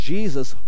Jesus